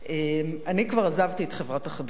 אני כבר עזבתי את חברת החדשות.